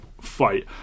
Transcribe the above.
fight